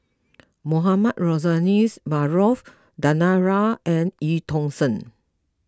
Mohamed Rozani Maarof Danaraj and Eu Tong Sen